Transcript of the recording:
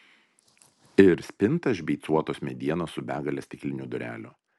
ir spinta iš beicuotos medienos su begale stiklinių durelių